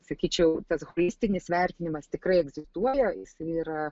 sakyčiau tas holistinis vertinimas tikrai egzistuoja jisai yra